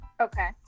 Okay